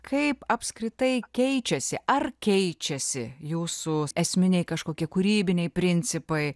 kaip apskritai keičiasi ar keičiasi jūsų esminiai kažkoki kūrybiniai principai